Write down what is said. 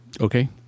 Okay